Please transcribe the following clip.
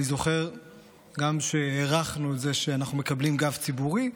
אני זוכר גם שהערכנו את זה שאנחנו מקבלים גב ציבורי,